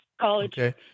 college